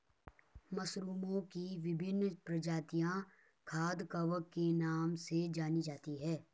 मशरूमओं की विभिन्न प्रजातियां खाद्य कवक के नाम से जानी जाती हैं